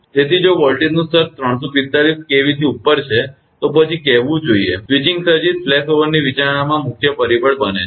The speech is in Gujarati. તેથી જો વોલ્ટેજનું સ્તર 345 kV થી ઉપર છે તો પછી કહેવું જ જોઈએ સ્વિચિંગ સર્જિસ ફ્લેશઓવરની વિચારણામાં મુખ્ય પરિબળ બને છે